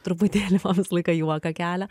truputėlį man visą laiką juoką kelia